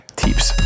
tips